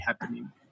happening